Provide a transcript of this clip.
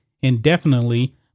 indefinitely